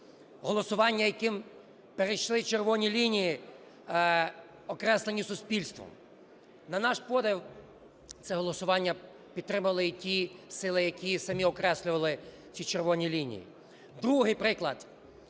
голосування, яким перейшли червоні лінії, окреслені суспільством. На наш подив, це голосування підтримали і ті сили, які самі окреслювали ці червоні лінії. Другий приклад: